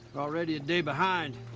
already a day behind.